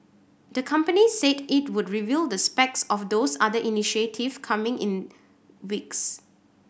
the company said it would reveal the of those other initiative coming in weeks